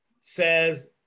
says